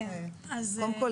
קודם כל,